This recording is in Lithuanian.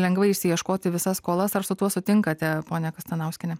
lengvai išsiieškoti visas skolas ar su tuo sutinkate ponia kastanauskiene